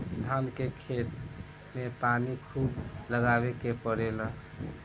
धान के खेत में पानी खुब लगावे के पड़ेला